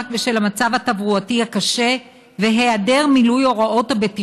אני עמדתי כאן והתרעתי מפני המפגע הבריאותי שקיים במכון הווטרינרי,